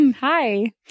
Hi